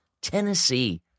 Tennessee